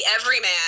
everyman